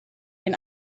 den